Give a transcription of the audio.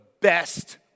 best